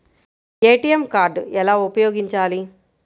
ATM card ఎలా ఉపయోగించాలి?